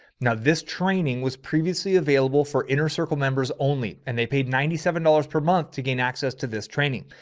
now, this training was previously available for inner circle members only, and they paid ninety seven dollars per month to gain access to this training.